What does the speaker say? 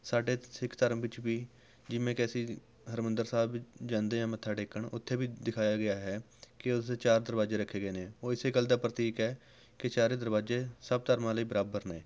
ਸਾਡੇ ਸਿੱਖ ਧਰਮ ਵਿੱਚ ਵੀ ਜਿਵੇਂ ਕਿ ਅਸੀਂ ਹਰਮਿੰਦਰ ਸਾਹਿਬ ਜਾਂਦੇ ਹਾਂ ਮੱਥਾ ਟੇਕਣ ਉੱਥੇ ਵੀ ਦਿਖਾਇਆ ਗਿਆ ਹੈ ਕਿ ਉਸਦੇ ਚਾਰ ਦਰਵਾਜ਼ੇ ਰੱਖੇ ਗਏ ਨੇ ਉਹ ਇਸ ਗੱਲ ਦਾ ਪ੍ਰਤੀਕ ਏ ਚਾਰੇ ਦਰਵਾਜ਼ੇ ਸਭ ਧਰਮਾਂ ਲਈ ਬਰਾਬਰ ਨੇ